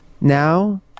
Now